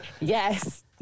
Yes